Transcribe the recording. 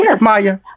maya